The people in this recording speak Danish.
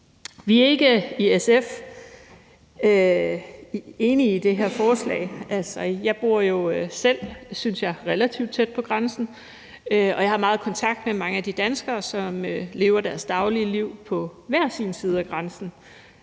Vi er i SF ikke enige i det her forslag. Altså, jeg bor selv, synes jeg, relativt tæt på grænsen, og jeg har meget kontakt med mange af de danskere, som lever deres daglige liv på hver deres side af grænsen.